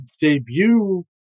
debut